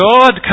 God